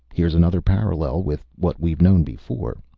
here's another parallel with what we've known before.